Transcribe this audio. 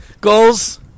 goals